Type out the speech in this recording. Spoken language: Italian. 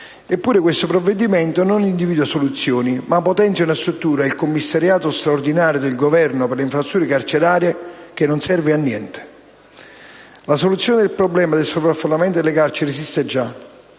eppure questo provvedimento non individua soluzioni, ma potenzia una struttura, il commissario straordinario del Governo per le infrastrutture carcerarie, che non serve a niente. La soluzione al problema del sovraffollamento delle carceri esiste già.